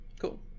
Cool